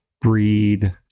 breed